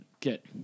get